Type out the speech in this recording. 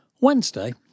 Wednesday